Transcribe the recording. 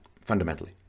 fundamentally